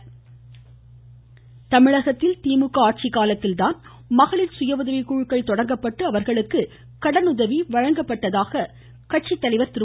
ஸ்டாலின் தமிழகத்தில் திமுக ஆட்சி காலத்தில்தான் மகளிர் சுயஉதவிக்குழுக்கள் தொடங்கப்பட்டு அவர்களுக்கு கடனுதவி வழங்கப்பட்டதாக அக்கட்சி தலைவர் திரு